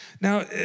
Now